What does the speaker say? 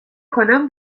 کنم